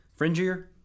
Fringier